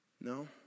No